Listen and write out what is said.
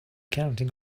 counting